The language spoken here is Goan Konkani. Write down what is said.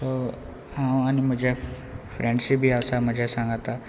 सो हांव आनी म्हज्या फ्रेंड्स बी आसा म्हजे सांगात